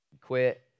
quit